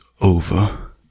over